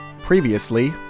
Previously